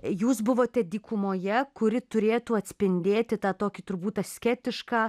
jūs buvote dykumoje kuri turėtų atspindėti tą tokį turbūt asketišką